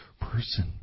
person